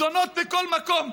זונות בכל מקום,